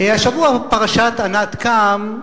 השבוע, פרשת ענת קם,